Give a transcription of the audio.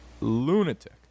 lunatic